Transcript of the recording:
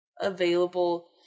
available